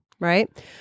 Right